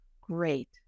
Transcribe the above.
great